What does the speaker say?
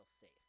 safe